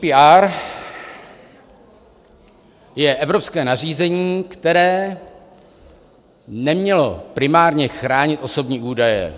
GDPR je evropské nařízení, které nemělo primárně chránit osobní údaje.